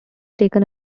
taken